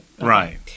right